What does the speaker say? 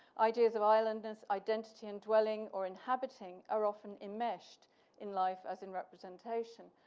ideas of irelandness identity and dwelling or inhabiting are often immersed in life as in representation.